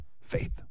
Faith